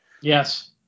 yes